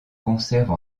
conserve